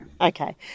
Okay